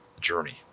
journey